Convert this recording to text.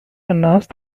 announced